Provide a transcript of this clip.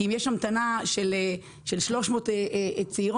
כי אם יש המתנה של 300 צעירות,